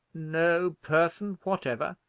no person whatever?